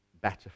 better